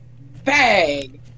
BANG